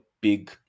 big